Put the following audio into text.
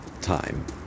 time